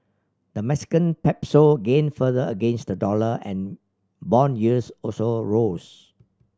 the Mexican Peso gained further against the dollar and bond yields also rose